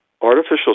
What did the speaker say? artificial